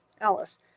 Alice